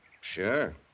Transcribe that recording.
Sure